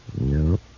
No